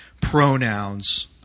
pronouns